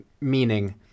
meaning